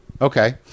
Okay